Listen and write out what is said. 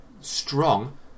strong